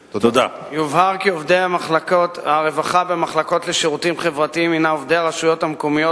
בהתאם למצב החוקי, רשויות תימרור מקומיות